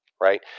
right